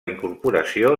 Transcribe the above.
incorporació